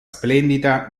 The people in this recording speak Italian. splendida